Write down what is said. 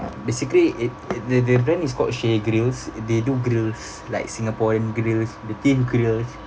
basically it it the the brand is called chez grillz they do grills like singaporean grills the thin grills